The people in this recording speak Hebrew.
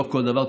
לא כל דבר,